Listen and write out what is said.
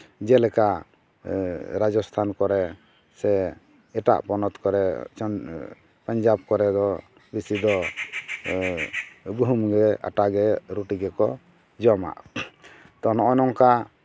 ᱡᱮᱞᱮᱠᱟ ᱨᱟᱡᱚᱥᱛᱷᱟᱱ ᱠᱚᱨᱮᱜ ᱥᱮ ᱮᱴᱟᱜ ᱯᱚᱱᱚᱛ ᱠᱚᱨᱮᱜ ᱯᱟᱧᱡᱟᱵᱽ ᱠᱚᱨᱮ ᱫᱚ ᱵᱮᱥᱤ ᱫᱚ ᱜᱩᱦᱩᱢ ᱜᱮ ᱟᱴᱟ ᱜᱮ ᱨᱩᱴᱤ ᱜᱮᱠᱚ ᱡᱚᱢᱟ ᱛᱚ ᱱᱚᱜᱼᱚᱸᱭ ᱱᱚᱝᱠᱟ